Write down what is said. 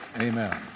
Amen